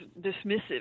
dismissive